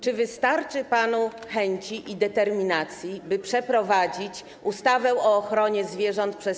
Czy wystarczy panu chęci i determinacji, by przeprowadzić ustawę o ochronie zwierząt przez